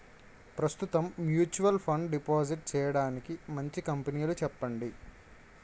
ప్రస్తుతం mutual fund deposit చేయడానికి మంచి కంపెనీలు చెప్పండి